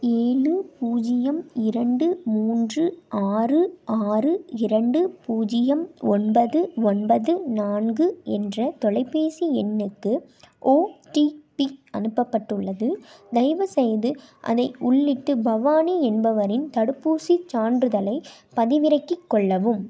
ஏழு பூஜ்யம் இரண்டு மூன்று ஆறு ஆறு இரண்டு பூஜ்யம் ஒன்பது ஒன்பது நான்கு என்ற தொலைபேசி எண்ணுக்கு ஓடிபி அனுப்பப்பட்டுள்ளது தயவுசெய்து அதை உள்ளிட்டு பவானி என்பவரின் தடுப்பூசிச் சான்றிதழைப் பதிவிறக்கிக் கொள்ளவும்